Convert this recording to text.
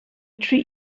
treat